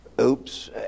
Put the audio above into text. oops